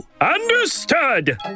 Understood